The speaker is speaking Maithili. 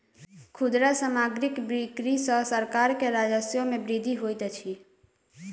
खुदरा सामग्रीक बिक्री सॅ सरकार के राजस्व मे वृद्धि होइत अछि